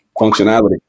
functionality